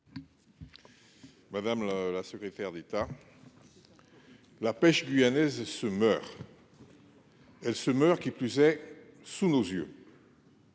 Madame la secrétaire d'État. La pêche guyanaise se meurt. Elle se meurt, qui plus est sous nos yeux.